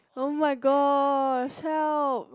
oh-my-gosh help